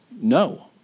no